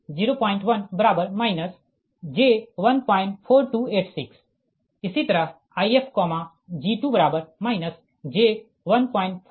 इसी तरह Ifg2 j14286